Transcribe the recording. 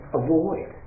avoid